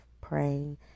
praying